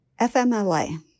FMLA